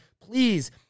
please